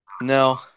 No